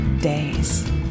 days